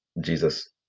jesus